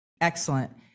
Excellent